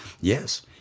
yes